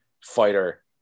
fighter